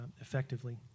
effectively